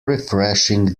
refreshing